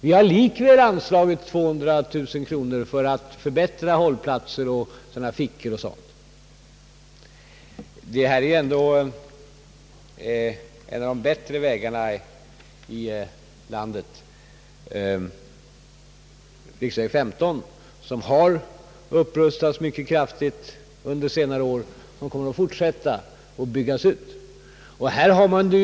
Vi har likväl anslagit 200 000 kronor för att förbättra hållplatser med »fickor» etc. Riksväg 15 är ändå en av de bättre vägarna i landet. Den har upprustats mycket kraftigt under senare år, och utbyggnaden kommer att fortsätta.